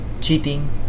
cheating